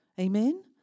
Amen